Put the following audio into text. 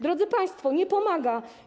Drodzy państwo, nie pomaga.